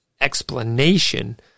explanation